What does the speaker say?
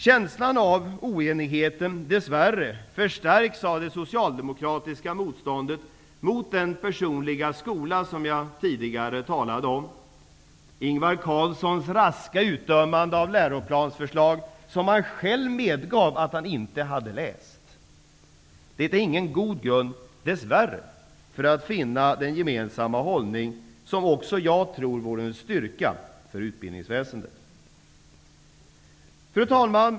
Känslan av oenighet förstärks dess värre av det socialdemokratiska motståndet mot den personliga skola som jag tidigare talade om, och av Ingvar Carlssons raska utdömande av läroplansförslaget, som han själv medgav att han inte hade läst. Det är ingen god grund, dess värre, för att finna den gemensamma hållning som också jag tror vore en styrka för utbildningsväsendet. Fru talman!